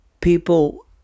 people